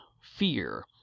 fear